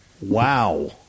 Wow